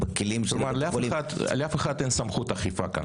כלומר, לאף אחד אין כאן סמכות אכיפה.